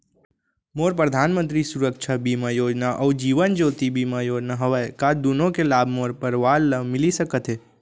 मोर परधानमंतरी सुरक्षा बीमा योजना अऊ जीवन ज्योति बीमा योजना हवे, का दूनो के लाभ मोर परवार ल मिलिस सकत हे?